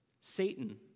Satan